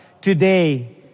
today